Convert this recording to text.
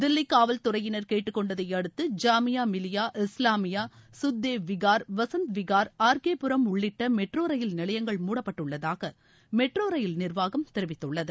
தில்லி காவல் துறையினர் கேட்டுக்கொண்டதை அடுத்து ஜாமியா மிலியா இஸ்லாமியா சுத்தேவ் விகார் வசந்த் விகார் ஆர் கே புரம் உள்ளிட்ட மெட்ரோ ரயில் நிலையங்கள் மூடப்பட்டுள்ளதாக மெட்ரோ ரயில் நிர்வாகம் தெரிவித்துள்ளது